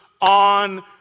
on